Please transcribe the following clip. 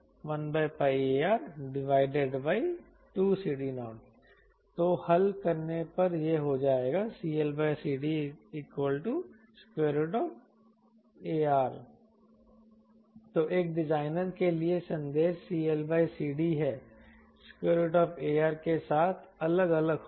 CLCDCD01πeAR2CD0 तो हल करने पर यह हो जाएगा CLCDAR तो एक डिजाइनर के लिए संदेश CLCD है AR के साथ अलग अलग होगा